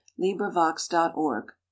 LibriVox.org